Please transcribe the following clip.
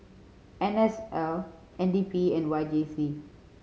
N S L N D P and Y J C